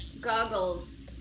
goggles